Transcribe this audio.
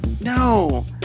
No